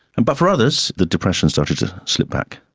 and but for others, the depression started to slip back.